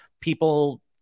people